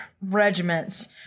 regiments